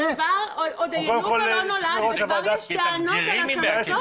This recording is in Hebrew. עוד הינוקא לא נולד וכבר יש טענות על הקמתו.